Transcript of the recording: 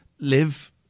live